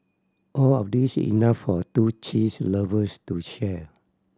all of these enough for two cheese lovers to share